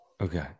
Okay